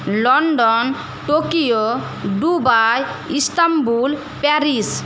London Tokyo Dubai Istanbul Paris